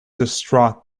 distraught